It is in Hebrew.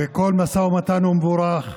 וכל משא ומתן הוא מבורך,